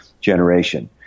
generation